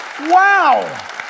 Wow